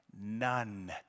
None